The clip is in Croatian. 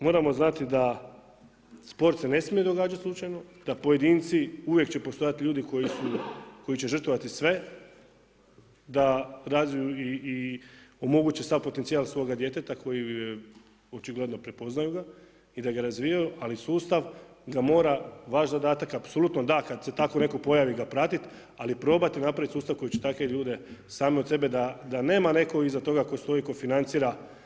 Moramo znati da sport se ne smije događati slučajno, da pojedinci uvijek će postojati ljudi koji će žrtvovati sve da razviju i omoguće sav potencijal svoga djeteta koji očigledno prepoznaju ga i da ga razvijaju, ali sustav ga mora, vaš zadatak apsolutno da kad se tako netko pojavi ga pratiti, ali probati napraviti takav sustav koji će takve ljude same od sebe da nema neko iza toga da stoji tko financira.